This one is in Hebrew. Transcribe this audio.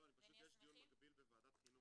לא, פשוט יש דיון מקביל בוועדת החינוך על נגישות.